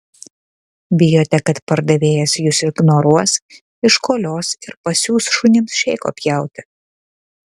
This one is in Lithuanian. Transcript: bijote kad pardavėjas jus ignoruos iškolios ir pasiųs šunims šėko pjauti